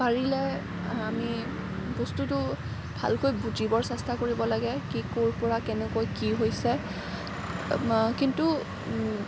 পাৰিলে আমি বস্তুটো ভালকৈ বুজিবৰ চেষ্টা কৰিব লাগে কি ক'ৰপৰা কেনেকৈ কি হৈছে কিন্তু